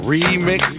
Remix